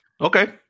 Okay